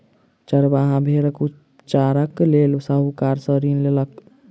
चरवाहा भेड़क उपचारक लेल साहूकार सॅ ऋण लेलक